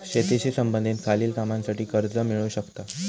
शेतीशी संबंधित खालील कामांसाठी कर्ज मिळू शकता